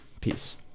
Peace